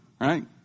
right